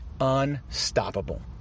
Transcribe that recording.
unstoppable